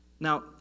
Now